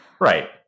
Right